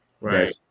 Right